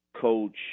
Coach